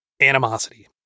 animosity